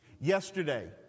Yesterday